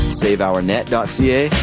saveournet.ca